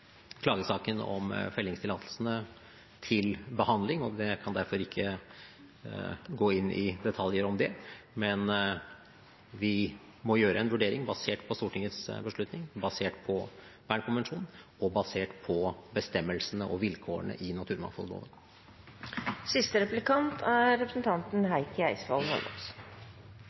fellingstillatelsene til behandling, og jeg kan derfor ikke gå inn i detaljer om det, men vi må gjøre en vurdering basert på Stortingets beslutning, basert på Bern-konvensjonen og basert på bestemmelsene og vilkårene i naturmangfoldloven.